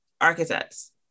architects